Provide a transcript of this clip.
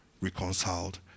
reconciled